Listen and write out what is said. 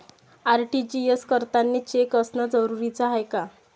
RTGS करतांनी cheque असनं जरुरीच हाय का?